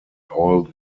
all